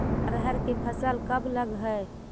अरहर के फसल कब लग है?